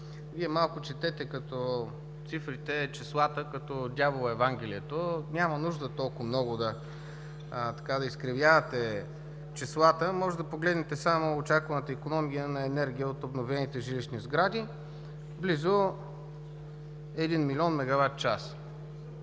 Вие малко четете числата като дяволът Евангелието. Няма нужда толкова много да изкривявате числата, може да погледнете само очакваната икономия на енергия от обновените жилищни сгради – близо един милион мегаватчаса,